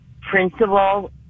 principal